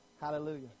Hallelujah